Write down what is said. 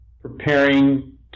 preparing